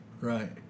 Right